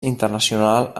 internacional